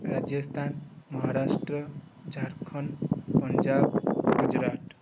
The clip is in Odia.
ରାଜସ୍ଥାନ ମହାରାଷ୍ଟ୍ର ଝାଡ଼ଖଣ୍ଡ ପଞ୍ଜାବ ଗୁଜୁରାଟ